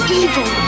evil